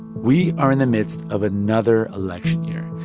we are in the midst of another election year.